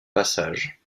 passage